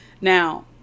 Now